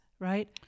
right